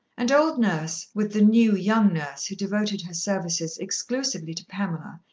and old nurse, with the new, young nurse who devoted her services exclusively to pamela,